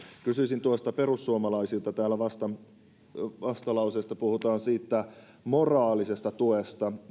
kysyisin perussuomalaisilta kun täällä vastalauseessa puhutaan moraalisesta tuesta